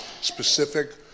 Specific